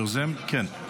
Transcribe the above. היוזם, כן.